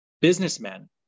businessmen